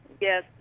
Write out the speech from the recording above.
Yes